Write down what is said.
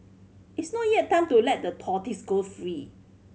it's not yet time to let the tortoise go free